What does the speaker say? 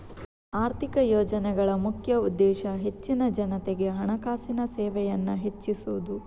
ಆರ್ಥಿಕ ಯೋಜನೆಗಳ ಮುಖ್ಯ ಉದ್ದೇಶ ಹೆಚ್ಚಿನ ಜನತೆಗೆ ಹಣಕಾಸಿನ ಸೇವೆಯನ್ನ ಹೆಚ್ಚಿಸುದು